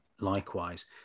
likewise